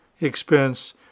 expense